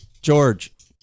George